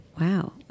Wow